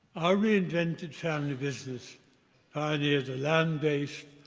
our reinvented family business pioneered a land based,